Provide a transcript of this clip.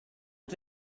und